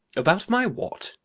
about my what?